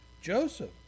Joseph